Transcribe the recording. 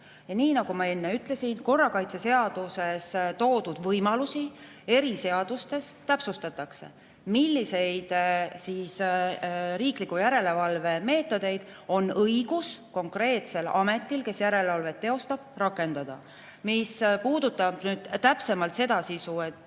Nagu ma enne ütlesin, korrakaitseseaduses toodud võimalusi eriseadustes täpsustatakse ka selles osas, milliseid riikliku järelevalve meetodeid on õigus konkreetsel ametil, kes järelevalvet teostab, rakendada. Mis puudutab nüüd täpsemalt seda, mis on